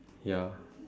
ya